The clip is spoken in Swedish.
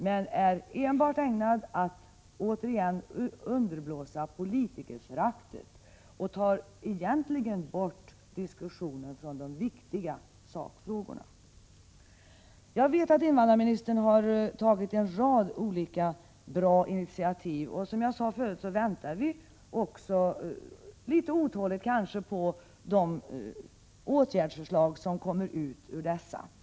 Hetsjakten är enbart ägnad åt att — återigen — underblåsa politikerföraktet och den håller diskussionen borta från de viktiga sakfrågorna. Jag vet att invandrarministern har tagit en rad bra initiativ. Som jag sade förut väntar vi litet otåligt på de åtgärdsförslag som skall komma ut ur dessa initiativ.